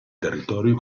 territorio